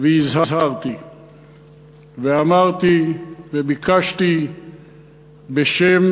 והזהרתי ואמרתי וביקשתי בשם